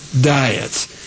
diets